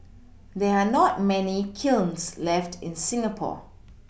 there are not many kilns left in Singapore